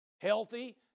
Healthy